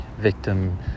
victim